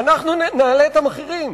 אנחנו נעלה את המחירים.